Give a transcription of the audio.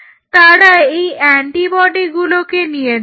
তারা এই অ্যান্টিবডিগুলোকে নিয়েছিল